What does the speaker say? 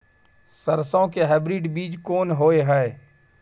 सरसो के हाइब्रिड बीज कोन होय है?